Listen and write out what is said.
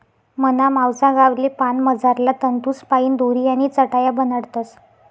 मना मावसा गावले पान मझारला तंतूसपाईन दोरी आणि चटाया बनाडतस